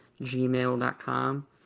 gmail.com